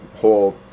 whole